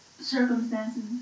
circumstances